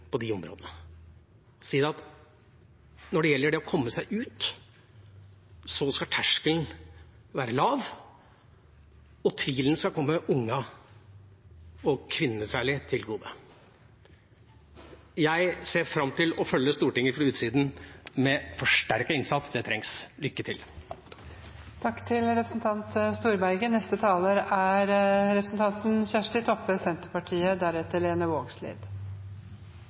på de områdene. Når det gjelder det å komme seg ut, skal terskelen være lav, og tvilen skal komme ungene og kvinnene særlig til gode. Jeg ser fram til å følge Stortinget fra utsiden med forsterket innsats. Det trengs. Lykke til! Senterpartiet kjem til å støtta alle mindretalsforslaga i innstillinga. Vi var òg med på å senda planen tilbake. Vi meiner dei forslaga som har kome no, er